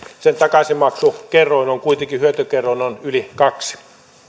sen takaisinmaksukerroin hyötykerroin on kuitenkin yli kaksi